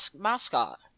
mascot